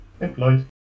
Employed